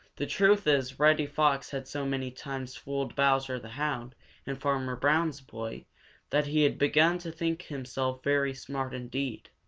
the truth is reddy fox had so many times fooled bowser the hound and farmer brown's boy that he had begun to think himself very smart indeed.